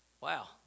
Wow